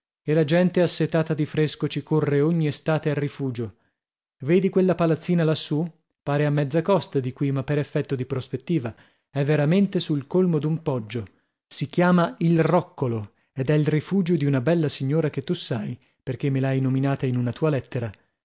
e la gente assetata di fresco ci corre ogni estate a rifugio vedi quella palazzina lassù pare a mezza costa di qui ma per effetto di prospettiva è veramente sul colmo d'un poggio si chiama il roccolo ed è il rifugio di una bella signora che tu sai perchè me l'hai nominata in una tua lettera